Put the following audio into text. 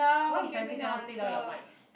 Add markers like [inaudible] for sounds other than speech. why you suddenly take out take down your mic [breath]